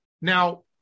Now